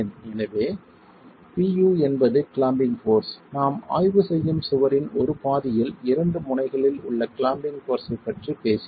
எனவே Pu என்பது clamping force நாம் ஆய்வு செய்யும் சுவரின் ஒரு பாதியில் இரண்டு முனைகளில் உள்ள கிளாம்பிங் ஃபோர்ஸைப் பற்றி பேசினோம்